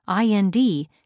IND